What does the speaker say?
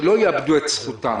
שלא יאבדו את זכותם.